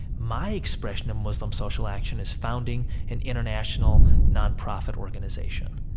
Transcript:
my expression of muslim social action is founding an international nonprofit organization.